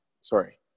Sorry